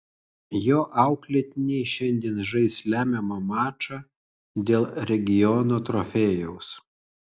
jo auklėtiniai šiandien žais lemiamą mačą dėl regiono trofėjaus